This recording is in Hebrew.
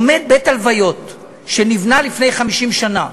עומד בית-הלוויות שנבנה לפני 50 שנה,